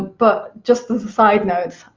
but just as a side note,